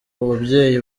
babyeyi